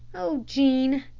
oh, jean,